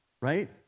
right